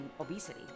obesity